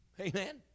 Amen